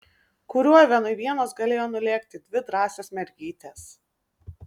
kuriuo vienui vienos galėjo nulėkti dvi drąsios mergytės